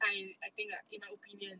I I think lah in my opinion